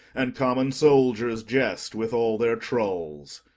and common soldiers jest with all their trulls.